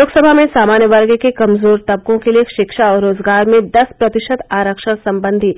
लोकसभा में सामान्य वर्ग के कमजोर तबकों के लिए शिक्षा और रोजगार में दस प्रतिशत आरक्षण संबंधी